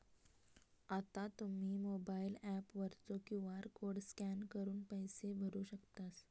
आता तुम्ही mobile app वरचो क्यू.आर कोड स्कॅन करून पैसे भरू शकतास